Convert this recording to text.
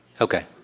Okay